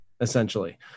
essentially